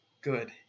good